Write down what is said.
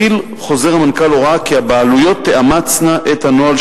מכיל חוזר המנכ"ל הוראה כי הבעלויות תאמצנה את הנוהל